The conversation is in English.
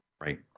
right